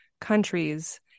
countries